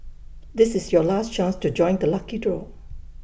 this is your last chance to join the lucky draw